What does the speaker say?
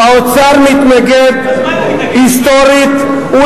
האוצר מתנגד היסטורית.